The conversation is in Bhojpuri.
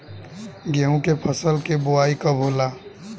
गेहूं के फसल के बोआई कब होला?